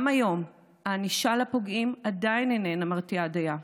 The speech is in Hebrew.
גם היום הענישה לפוגעים עדיין איננה מרתיעה דייה,